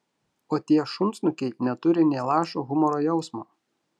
o tie šunsnukiai neturi nė lašo humoro jausmo